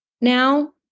now